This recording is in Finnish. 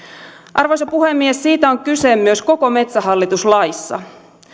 arvoisa puhemies siitä on kyse myös koko metsähallitus laissa